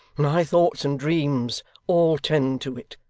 my thoughts and dreams all tend to it,